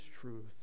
truth